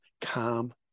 calm